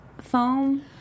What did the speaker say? foam